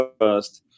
first